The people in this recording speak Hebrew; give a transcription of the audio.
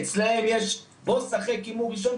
אצלם יש בוא שחק הימור ראשון,